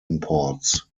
imports